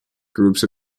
groups